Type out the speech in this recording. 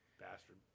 Bastard